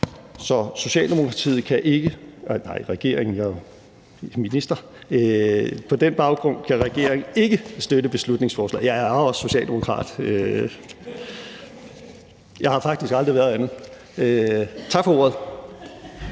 på den baggrund ikke støtte beslutningsforslaget. Men jeg er også socialdemokrat; jeg har faktisk aldrig været andet. Tak for ordet.